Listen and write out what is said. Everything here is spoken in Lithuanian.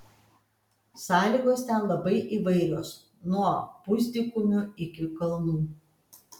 sąlygos ten labai įvairios nuo pusdykumių iki kalnų